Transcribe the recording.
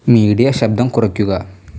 media ശബ്ദം കുറയ്ക്കുക